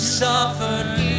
suffered